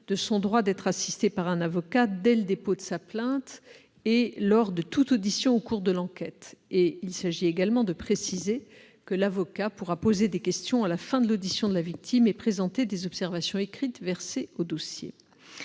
de son droit d'être assistée par un avocat dès le dépôt de sa plainte et lors de toute audition au cours de l'enquête. L'amendement vise également à préciser que l'avocat pourra poser des questions à la fin de l'audition de la victime et présenter des observations écrites versées au dossier.